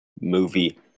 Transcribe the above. movie